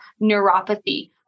neuropathy